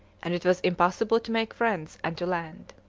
and it was impossible to make friends and to land.